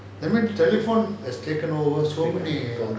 so many